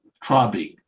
troubling